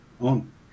on